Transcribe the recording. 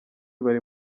bari